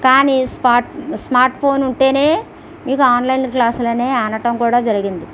కానీ smart smartphone ఉంటేనే మీకు ఆన్లైన్ క్లాసులు అనే అనటం కూడా జరిగింది